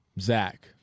Zach